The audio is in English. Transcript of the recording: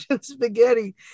spaghetti